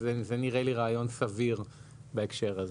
זה נראה לי רעיון סביר בהקשר הזה.